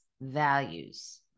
values